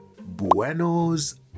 Buenos